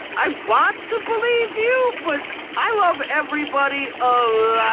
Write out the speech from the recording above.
i want to believe you, but i love everybody um